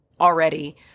already